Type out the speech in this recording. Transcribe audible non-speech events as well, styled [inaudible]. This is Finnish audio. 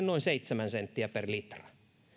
[unintelligible] noin seitsemän senttiä per litra